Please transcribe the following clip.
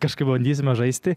kažkaip pabandysime žaisti